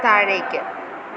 താഴേക്ക്